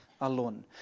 alone